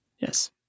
Yes